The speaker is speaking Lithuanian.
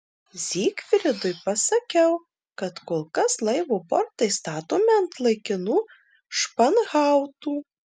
zygfridui pasakiau kad kol kas laivo bortai statomi ant laikinų španhautų